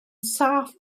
saff